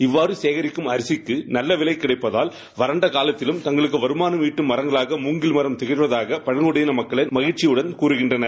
இவ்வாறு சேகரிக்கும் அரிசிக்கு நல்ல விலை கிடைப்பதால் வறண்ட காலத்திலும் தங்களுக்கு வருமானம் ஈட்டும் மரங்களாக மூங்கில் மரம் திகழ்வதாக பழங்குடியின மக்கள் மகிழ்ச்சியுடன் தெரிவிக்கின்றனர்